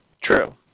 True